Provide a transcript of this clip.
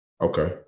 Okay